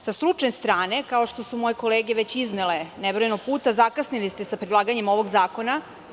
Sa stručne strane, kao što su moje kolege već iznele, nebrojeno puta, zakasnili ste sa predlaganjem ovog zakona.